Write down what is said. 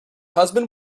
husband